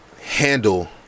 handle